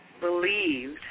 believed